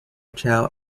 chow